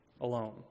alone